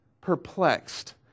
perplexed